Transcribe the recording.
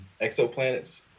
exoplanets